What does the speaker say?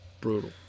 brutal